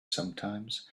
sometimes